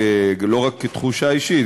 לא רק כתחושה אישית,